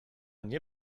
nie